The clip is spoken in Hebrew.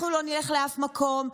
אנחנו לא נלך לאף מקום,